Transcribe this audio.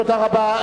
תודה רבה.